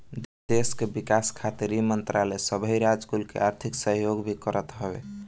देस के विकास खातिर इ मंत्रालय सबही राज कुल के आर्थिक सहयोग भी करत हवे